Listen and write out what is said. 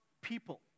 people